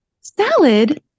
Salad